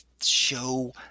show